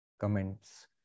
comments